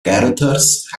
carothers